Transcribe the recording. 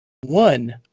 One